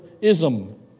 ism